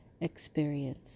experience